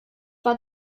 war